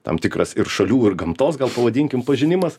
tam tikras ir šalių ir gamtos gal pavadinkim pažinimas